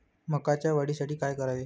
मकाच्या वाढीसाठी काय करावे?